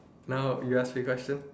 now you ask me question